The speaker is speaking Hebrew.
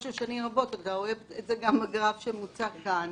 של שנים רבות - אתה רואה את זה גם בגרף שנמצא כאן